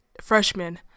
freshman